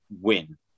win